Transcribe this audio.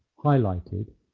highlighted,